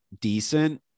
decent